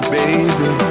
baby